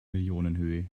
millionenhöhe